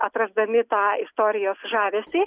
atrasdami tą istorijos žavesį